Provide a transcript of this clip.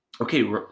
Okay